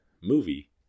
movie